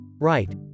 Right